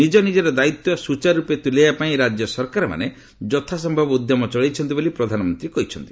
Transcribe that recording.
ନିଜନିକର ଦାୟିତ୍ୱ ସୁଚାରୁରୂପେ ତୁଲାଇବା ପାଇଁ ରାଜ୍ୟ ସରକାରମାନେ ଯଥାସମ୍ଭବ ଉଦ୍ୟମ ଚଳାଇଛନ୍ତି ବୋଲି ପ୍ରଧାନମନ୍ତ୍ରୀ କହିଛନ୍ତି